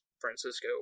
Francisco